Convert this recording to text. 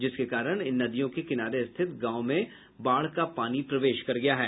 जिसके कारण इन नदियों के किनारे स्थित गांव में बाढ़ का पानी प्रवेश कर गया है